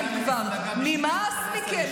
נמאס מכם כבר, נמאס מכם.